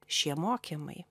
šie mokymai